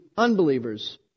Unbelievers